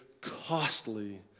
costly